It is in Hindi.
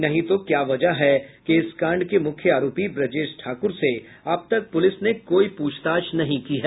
नहीं तो क्या वजह है कि इस कांड के मुख्य आरोपी ब्रजेश ठाकुर से अब तक पुलिस ने कोई पूछताछ नहीं की है